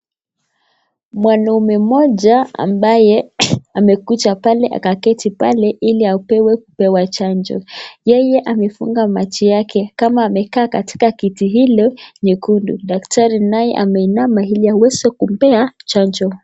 Mwanaume mmoja ambaye, amekuja pale, akaketi pale, ili apewe kupewa chanjo, yeye amefunga macho kama amekaa katika kiti hilo, nyekundu, daktari naye ameinama ili aweze kumpea, chanjo.